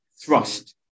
thrust